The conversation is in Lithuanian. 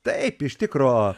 taip iš tikro